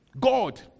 God